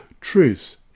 truth